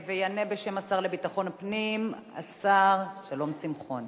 יענה בשם השר לביטחון הפנים השר שלום שמחון.